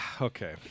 okay